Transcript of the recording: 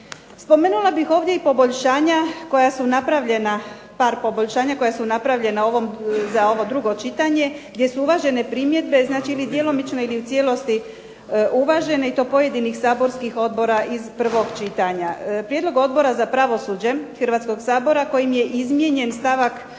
Spomenula bih ovdje i poboljšanja koja su napravljena za ovo drugo čitanje, gdje su uvažene primjedbe znači ili djelomično ili u cijelosti uvažene i to pojedinih saborskih odbora iz prvog čitanja. Prijedlog Odbora za pravosuđe Hrvatskoga sabora kojem je izmijenjen stavak